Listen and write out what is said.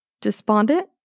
despondent